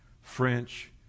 French